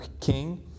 king